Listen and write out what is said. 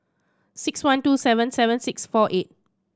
six one two seven seven six four eight